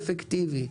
מאוד אפקטיבי,